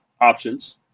options